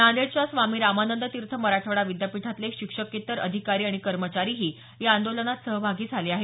नांदेडच्या स्वामी रामानंद तीर्थ मराठवाडा विद्यापीठातले शिक्षकेत्तर अधिकारी आणि कर्मचारीही या आंदोलनात सहभागी झाले आहेत